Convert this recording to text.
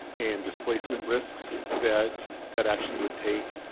and displacement risks that that action would take,